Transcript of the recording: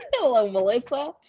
hello, melissa.